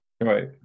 Right